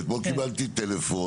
ואתמול קיבלתי טלפון,